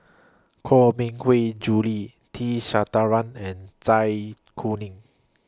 Koh Mui Hiang Julie T Sasitharan and Zai Kuning